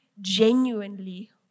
genuinely